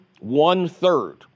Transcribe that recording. one-third